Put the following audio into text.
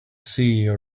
sea